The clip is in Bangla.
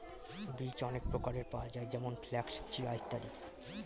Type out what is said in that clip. বীজ অনেক প্রকারের পাওয়া যায় যেমন ফ্ল্যাক্স, চিয়া ইত্যাদি